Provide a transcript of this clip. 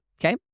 Okay